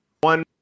one